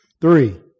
Three